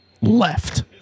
left